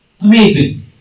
Amazing